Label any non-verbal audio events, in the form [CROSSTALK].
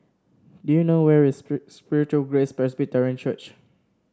do you know where is [NOISE] Spiritual Grace Presbyterian Church